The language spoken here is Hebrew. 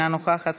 אינה נוכחת,